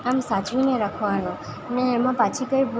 આમ સાચવીને રાખવાનું અને એમાં પાછી કાંઇ